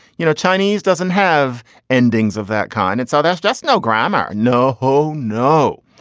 you know, chinese doesn't have endings of that kind. and so that's just no grammar. no. ho. no.